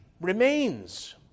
remains